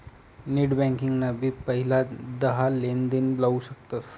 net banking ना भी पहिला दहा लेनदेण लाऊ शकतस